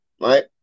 right